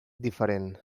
diferent